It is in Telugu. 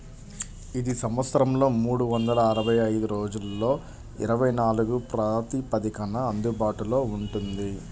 ఇది సంవత్సరంలో మూడు వందల అరవై ఐదు రోజులలో ఇరవై నాలుగు ప్రాతిపదికన అందుబాటులో ఉంటుంది